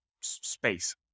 space